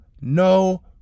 no